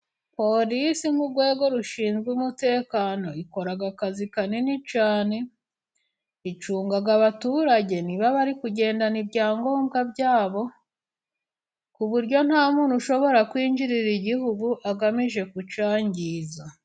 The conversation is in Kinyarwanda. Polisi nk'urwego rushinzwe umutekano, ikora akazi kanini cyane, icunga abaturage nibaba, bari kugendana ibyangombwa byabo, ku buryo nta muntu, ushobora kwinjirira igihugu, agamije kucyangiza.